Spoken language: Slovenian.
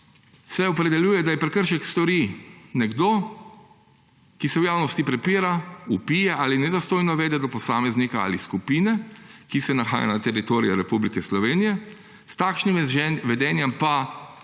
se opredeljuje, da prekršek stori nekdo, ki se v javnosti prepira, vpije ali nedostojno vede do posameznika ali skupine, ki se nahaja na teritoriju Republike Slovenije, s takšnim vedenjem pa,